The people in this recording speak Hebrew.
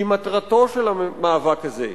כי מטרתו של המאבק הזה,